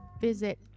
visit